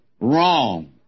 wrong